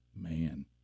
Man